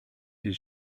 his